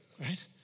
Right